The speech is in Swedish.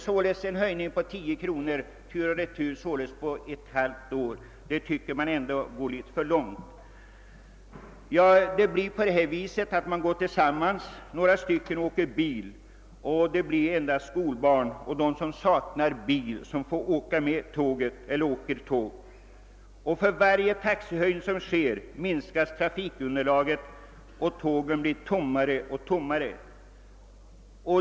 Det innebär en höjning med 10 kronor på ett halvt år, och det tycker jag är att gå litet för långt. Följden blir att några personer sluter sig samman om en bil, och att endast skolbarn och andra som saknar bil åker tåg. För varje taxehöjning minskas trafikunderlaget, och tågen blir allt tommare.